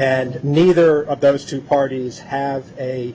and neither of those two parties have a